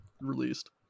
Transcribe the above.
released